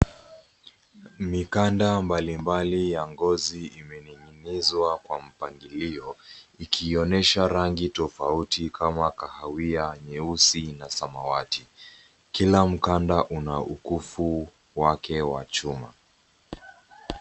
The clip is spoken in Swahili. Mikanda mbalimbali ya ngozi imening'inizwa kwa mpangilio, ikiionyesha rangi tofauti kama kahawia, nyeusi na samawati. Kila mkanda una ukufu wake wa chuma.